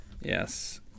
yes